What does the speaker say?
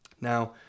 Now